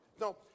No